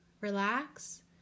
Relax